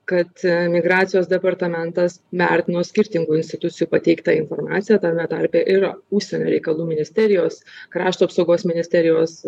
kad migracijos departamentas vertino skirtingų institucijų pateiktą informaciją tame tarpe ir užsienio reikalų ministerijos krašto apsaugos ministerijos